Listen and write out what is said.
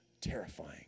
Terrifying